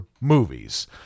movies